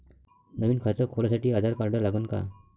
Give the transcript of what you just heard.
नवीन खात खोलासाठी आधार कार्ड लागन का?